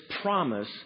promise